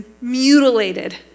mutilated